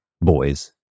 boys